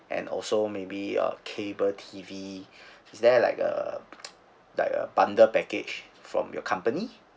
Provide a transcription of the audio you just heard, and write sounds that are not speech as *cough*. and also maybe uh cable T_V is there like a *noise* like a bundle package from your company